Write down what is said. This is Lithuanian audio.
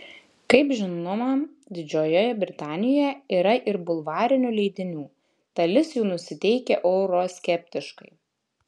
kaip žinoma didžiojoje britanijoje yra ir bulvarinių leidinių dalis jų nusiteikę euroskeptiškai